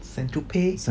saint-tropez